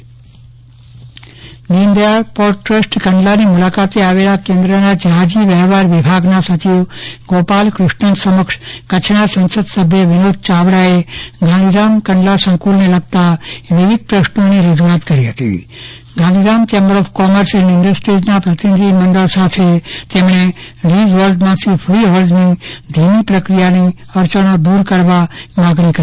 ચંદ્રવદન પટણી સાંસદની રજૂઆત દિનદયાળ પોર્ટ ટ્રસ્ટની મુ લાકાતે આવેલ કેન્દ્રના જ્યાજી વિભાગનાં સચિવ ગોપાલ ક્રષ્ણન સમક્ષ કચ્છનાં સંસદ સભ્ય વિનોદ ચાવડાએ ગાંધીધામ કંડલા સંકુલને લગતાં વિવિધ પ્રશ્નોની રજુઆત કરી હતી Gandhidham chamber of commerce and ઇન્ડસ્ટ્રીઝના પ્રતિનિધિ મંડળ સાથે તેમણે લીઝ હોલ્ડમાંથી ફી હોલ્ડની ધીમી પ્રક્રિયાની અડચણો દુર કરવા માંગણી કરી